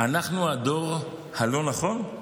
אנחנו הדור הלא-נכון?